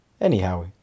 Anyhow